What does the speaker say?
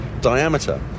diameter